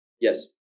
Yes